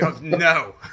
No